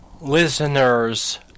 listeners